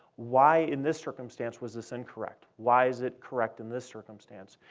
why, in this circumstance, was this incorrect? why is it correct in this circumstance?